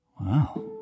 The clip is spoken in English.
Wow